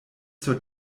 zur